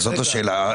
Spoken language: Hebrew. זאת השאלה.